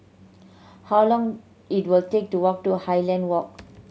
how long it will take to walk to Highland Walk